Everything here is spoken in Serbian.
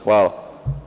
Hvala.